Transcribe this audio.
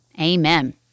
Amen